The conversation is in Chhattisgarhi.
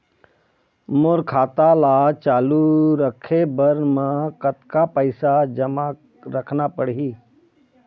मोर खाता ला चालू रखे बर म कतका पैसा जमा रखना पड़ही?